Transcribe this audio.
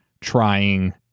trying